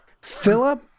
philip